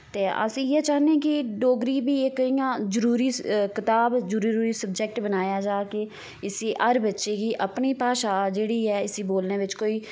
ते अस इ'यै चाह्ने कि डोगरी बी इक इ'यां जरूरी कताब जरूरी सबजैक्ट बनाया जा इस्सी हर बच्चे गी अपनी भाशा जेह्ड़ी ऐ उस्सी बोलने बिच्च कोई